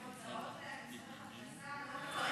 וההוצאות